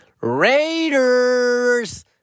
Raiders